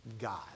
God